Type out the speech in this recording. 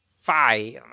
five